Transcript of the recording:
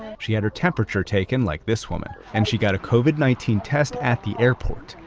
she had her temperature taken like this woman, and she got a covid nineteen test at the airport.